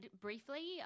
briefly